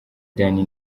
danny